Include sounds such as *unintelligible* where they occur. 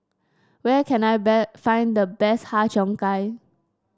where can I *unintelligible* find the best Har Cheong Gai